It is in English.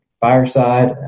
Fireside